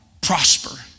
prosper